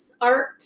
art